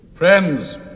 Friends